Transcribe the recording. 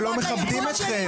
שלא מכבדים אתכם.